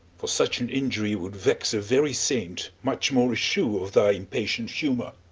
for such an injury would vex a very saint much more a shrew of thy impatient humour.